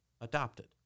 adopted